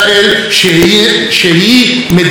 ויש רבים כאלה.